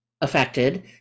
affected